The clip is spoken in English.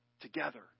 together